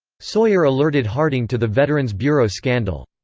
sawyer alerted harding to the veterans' bureau scandal.